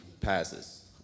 passes